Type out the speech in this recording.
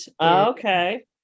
Okay